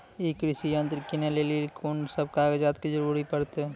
ई कृषि यंत्र किनै लेली लेल कून सब कागजात के जरूरी परतै?